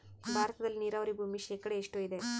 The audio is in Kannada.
ಭಾರತದಲ್ಲಿ ನೇರಾವರಿ ಭೂಮಿ ಶೇಕಡ ಎಷ್ಟು ಇದೆ?